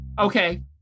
Okay